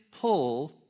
Pull